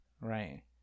Right